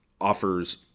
offers